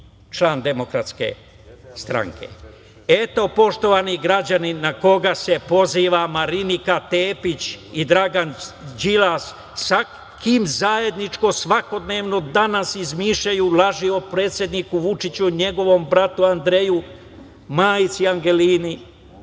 član Demokratske stranke. Eto, poštovani građani, na koga se poziva Marinika Tepić i Dragan Đilas, sa kim zajednički svakodnevno danas izmišljaju laži o predsedniku Vučiću i njegovom bratu Andreju, majici Angelini,